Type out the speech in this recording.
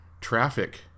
traffic